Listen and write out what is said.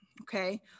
Okay